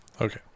Okay